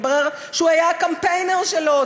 מתברר שהוא היה הקמפיינר שלו,